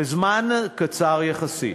בזמן קצר יחסית.